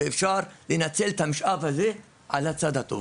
ואפשר לנצל את המשאב הזה על הצד הטוב.